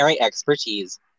expertise